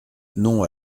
non